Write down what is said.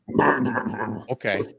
okay